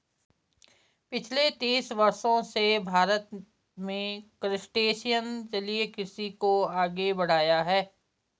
पिछले तीस वर्षों से भारत में क्रस्टेशियन जलीय कृषि को आगे बढ़ाया है